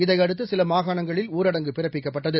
இதையடுத்து சில மாகாணங்களில் ஊரடங்கு பிறப்பிக்கப்பட்டது